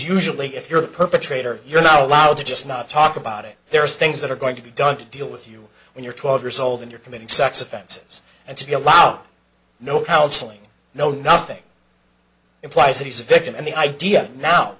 usually if you're a perpetrator you're not allowed to just not talk about it there are things that are going to be done to deal with you when you're twelve years old and you're committing sex offenses and to be allowed no counseling no nothing implies that he's a victim and the idea now